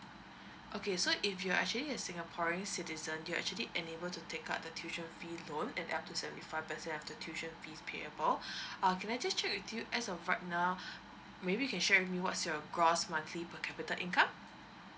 okay so if you're actually a singaporean citizen you actually enable to take up the tuition fee loan and up to seventy five percent of the tuition fee payable uh can I just check with you as of right now maybe you can share with me what's your gross monthly per capita income